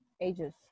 ages